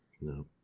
No